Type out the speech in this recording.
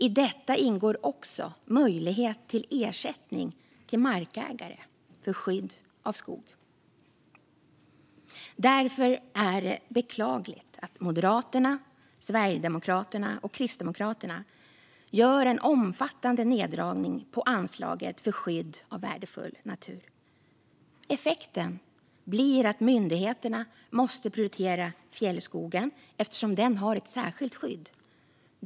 I detta ingår också en möjlighet till ersättning till markägare för skydd av skog. Därför är det beklagligt att Moderaterna, Sverigedemokraterna och Kristdemokraterna gör en omfattande neddragning av anslaget för skydd av värdefull natur. Effekten blir att myndigheterna måste prioritera fjällskogen, eftersom den har ett särskilt skydd.